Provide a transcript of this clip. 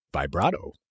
Vibrato